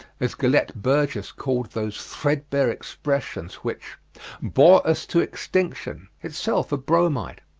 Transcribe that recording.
as gellett burgess calls those threadbare expressions which bore us to extinction itself a bromide.